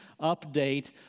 update